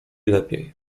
lepiej